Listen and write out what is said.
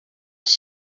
does